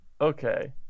Okay